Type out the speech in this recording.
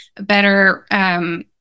better